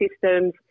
systems